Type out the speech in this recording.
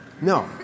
No